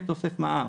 יתווסף מע"מ.